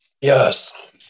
Yes